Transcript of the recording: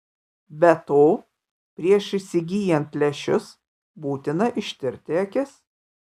be to prieš įsigyjant lęšius būtina ištirti akis